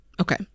Okay